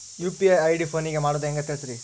UPI ID ಫೋನಿನಾಗ ಮಾಡೋದು ಹೆಂಗ ತಿಳಿಸ್ರಿ?